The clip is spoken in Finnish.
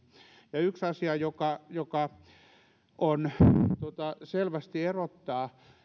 ja yksi asia joka joka selvästi erottaa